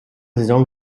saison